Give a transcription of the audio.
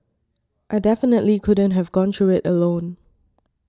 I definitely couldn't have gone through it alone